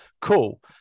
cool